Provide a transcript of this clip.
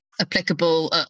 applicable